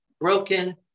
Broken